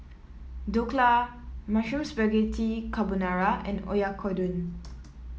Dhokla Mushroom Spaghetti Carbonara and Oyakodon